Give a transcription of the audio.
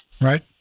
Right